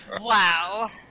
Wow